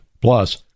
Plus